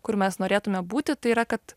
kur mes norėtume būti tai yra kad